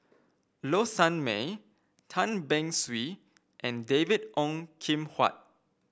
Low Sanmay Tan Beng Swee and David Ong Kim Huat